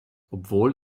obwohl